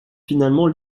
finalement